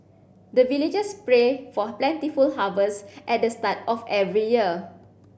the villagers pray for plentiful harvest at the start of every year